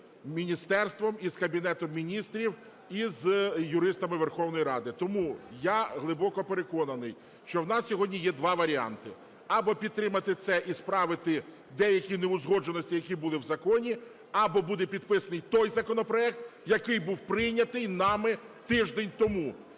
міністерством, і з Кабінетом Міністрів, і з юристами Верховної Ради. Тому я глибоко переконаний, що в нас сьогодні є 2 варіанти: або підтримати це і справити деякі неузгодженості, які були в законі, або буде підписаний той законопроект, який був прийнятий нами тиждень тому.